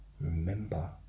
Remember